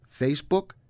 Facebook